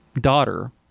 daughter